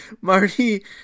Marty